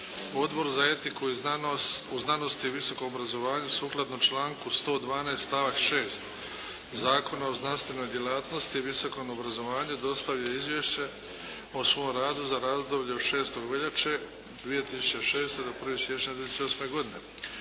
Odbor za etiku u znanosti i visokom obrazovanju sukladno članku 112. stavak 6. Zakona o znanstvenoj djelatnosti i visokom obrazovanju dostavio je izvješće o svom radu za razdoblje od 6. veljače 2006. do 1. siječnja 2008. godine.